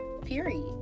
period